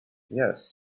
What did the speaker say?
yes